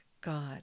God